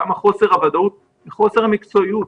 למה חוסר הוודאות וחוסר המקצועיות?